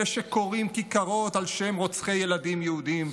אלה שקוראים כיכרות על שם רוצחי ילדים יהודים,